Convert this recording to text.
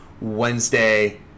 Wednesday